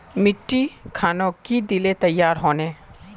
मिट्टी खानोक की दिले तैयार होने?